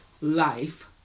Life